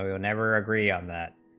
ah never agree on that